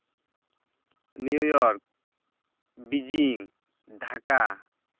New York Beijing Dhaka